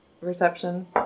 Reception